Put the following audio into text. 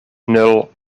nul